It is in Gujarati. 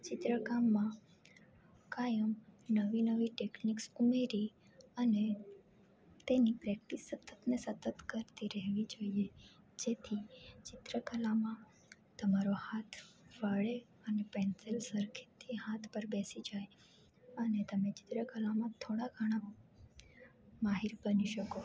ચિત્રકામમાં કાંઈ નવી નવી ટેકનિક્સ ઉમેરી અને તેને પ્રેક્ટિસ સતત ને સતત કરતી રહેવી જોઈએ જેથી ચિત્રકલામાં તમારો હાથ વળે અને પેન્સિલ સરખેથી હાથ પર બેસી જાય અને તમે ચિત્રકલામાં થોડા ઘણા માહીર બની શકો